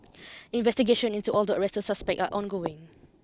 investigations into all the arrested suspects are ongoing